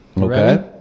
Okay